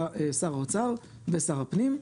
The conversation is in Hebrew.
שר האוצר ושר הפנים,